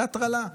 זה הטרלה.